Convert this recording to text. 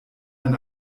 ein